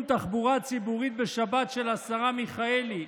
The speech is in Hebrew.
תחבורה ציבורית בשבת של השרה מיכאלי?